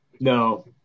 No